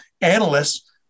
analysts